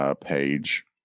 page